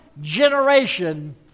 generation